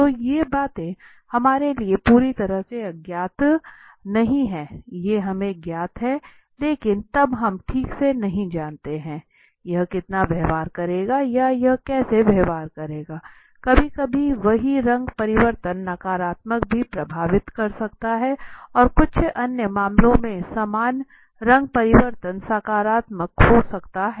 तो ये बातें हमारे लिए पूरी तरह से अज्ञात नहीं हैं ये हमें ज्ञात है लेकिन तब हम ठीक से नहीं जानते हैं यह कितना व्यवहार करेगा या यह कैसे व्यवहार करेगा कभी कभी वही रंग परिवर्तन नकारात्मक भी प्रभावित कर सकता है और कुछ अन्य मामलों में समान रंग परिवर्तन सकारात्मक हो सकता है